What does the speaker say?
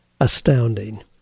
astounding